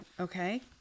Okay